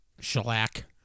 Shellac